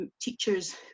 teachers